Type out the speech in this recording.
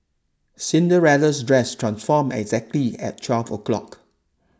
Cinderella's dress transformed exactly at twelve o'clock